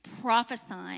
prophesying